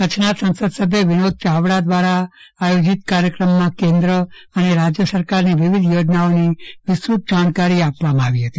કચ્છના સંસદસભ્ય વીનોદ ચાવડા દ્વારા આયોજીત કાર્યક્રમમાં કેન્દ્ર અને રાજ્ય સરકારની વિવિધ યોજનાઓની વિશેષ જાણકારી આપવામાં આવી હતી